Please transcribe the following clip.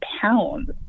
pounds